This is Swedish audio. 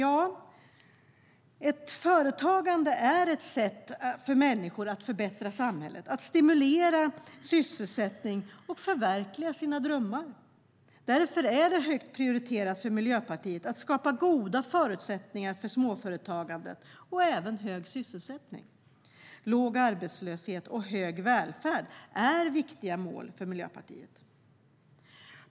Eget företagande är ett sätt för människor att förbättra samhället, att stimulera sysselsättning och att förverkliga sina drömmar. Därför är det högt prioriterat för Miljöpartiet att skapa goda förutsättningar för småföretagandet. Även hög sysselsättning, låg arbetslöshet och hög välfärd är viktiga mål för Miljöpartiet.